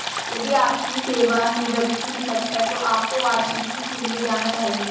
यदि आपकी सेवानिवृत्ति निकट है तो आपको वार्षिकी के लिए जाना चाहिए